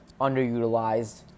underutilized